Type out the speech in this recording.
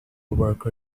worker